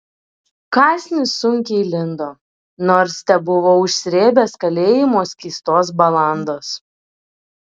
kąsnis sunkiai lindo nors tebuvau užsrėbęs kalėjimo skystos balandos